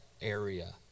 area